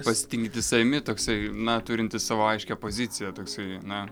pasitikintis savimi toksai na turintis savo aiškią poziciją toksai na